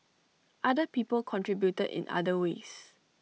other people contributed in other ways